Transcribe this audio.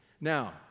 Now